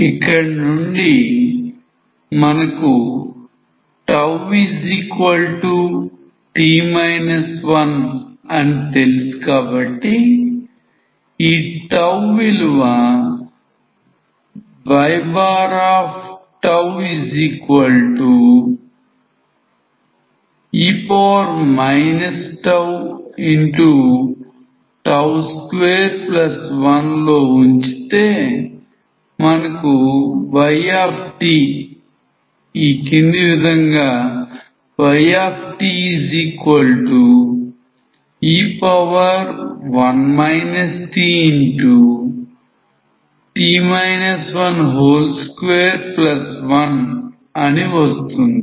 ఇక్కడ నుండి మనకు τt 1అని తెలుసు కాబట్టి ఈ విలువ ye τ21లో ఉంచితే మనకుy ఈ క్రింది విధంగా yte1 tt 121అని వస్తుంది